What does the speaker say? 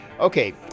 Okay